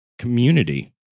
community